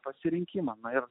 pasirinkimą ir